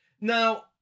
Now